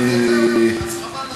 אז חבל על הזמן.